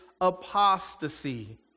apostasy